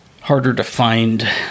harder-to-find